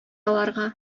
аларга